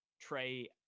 Trey